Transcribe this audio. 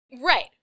Right